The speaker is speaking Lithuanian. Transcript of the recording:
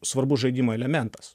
svarbus žaidimo elementas